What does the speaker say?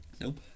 Nope